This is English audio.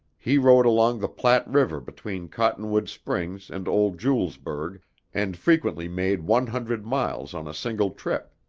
he rode along the platte river between cottonwood springs and old julesburg and frequently made one hundred miles on a single trip.